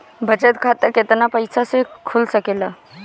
बचत खाता केतना पइसा मे खुल सकेला?